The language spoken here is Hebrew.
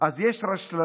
אז יש רשלנות